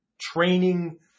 training